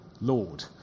lord